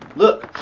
look!